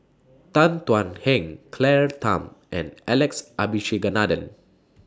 Tan Thuan Heng Claire Tham and Alex Abisheganaden